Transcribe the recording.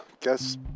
Guess